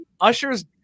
ushers